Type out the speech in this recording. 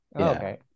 Okay